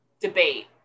debate